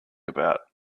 about